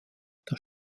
das